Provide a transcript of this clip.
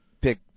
pick